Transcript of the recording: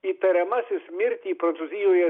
įtariamasis mirtį prancūzijoje